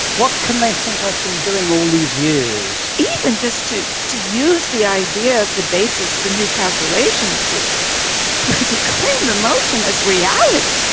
what can they think i've been doing all these years? even just to to use the idea as the basis for new calculations would, but to claim the motion as reality!